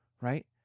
right